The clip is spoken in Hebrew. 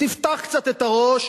תפתח קצת את הראש,